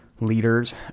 leaders